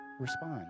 respond